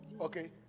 Okay